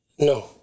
No